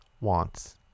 wants